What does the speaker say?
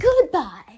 goodbye